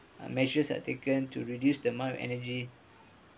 uh measures are taken to reduce the amount of energy